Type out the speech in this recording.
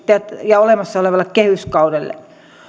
ja olemassa olevalle kehyskaudelle